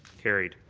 carried.